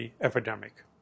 epidemic